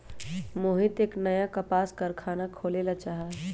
मोहित एक नया कपास कारख़ाना खोले ला चाहा हई